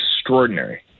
extraordinary